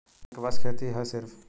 उनके पास खेती हैं सिर्फ